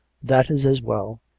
that is as well.